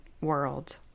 world